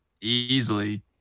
easily